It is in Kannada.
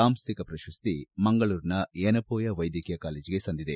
ಸಾಂಸ್ಕಿಕ ಪ್ರಶಸ್ತಿ ಮಂಗಳೂರಿನ ಯನಪೋಯ ವೈದ್ಯಕೀಯ ಕಾಲೇಜಿಗೆ ಸಂದಿದೆ